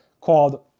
called